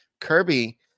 Kirby